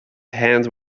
hands